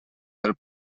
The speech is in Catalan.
del